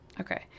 Okay